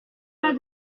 pas